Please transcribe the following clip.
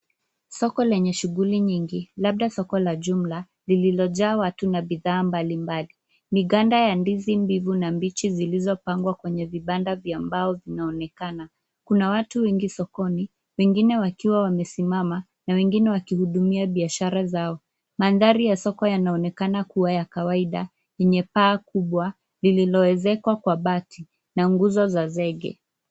Soko lenye shughuli nyingi labda soko la jumla lililojaa watu na bidhaa mbalimbali. Miganda ya ndizi mbivu na mbichi zilizopangwa kwenye vibanda vya mbao zinaonekana. Kuna watu wengi sokoni, wengine wakiwa wamesimama na wengine wakihudumia biashara zao. Mandhari ya soko yanaonekana kuwa ya kawaida, yenye paa kubwa lililoezekwa kwa bati na nguzo za zege